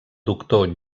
doctor